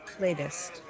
latest